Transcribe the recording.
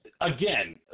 again